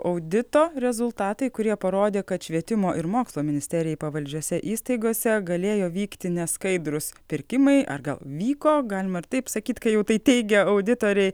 audito rezultatai kurie parodė kad švietimo ir mokslo ministerijai pavaldžiose įstaigose galėjo vykti neskaidrūs pirkimai ar gal vyko galima ir taip sakyt kai jau tai teigia auditoriai